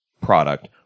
product